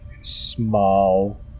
small